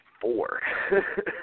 four